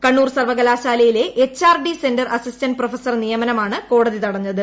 കണ്ണൂർ സർവ്വകലാശാലയിലെ HRD centre assistant professor നിയമനമാണ് കോട്ടതി ത്ടഞ്ഞത്